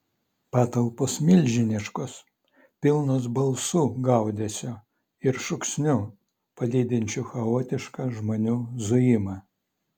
patalpos milžiniškos pilnos balsų gaudesio ir šūksnių palydinčių chaotišką žmonių zujimą